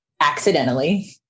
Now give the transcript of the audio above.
accidentally